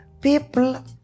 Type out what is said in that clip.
people